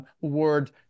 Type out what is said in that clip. word